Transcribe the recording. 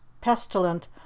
pestilent